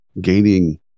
gaining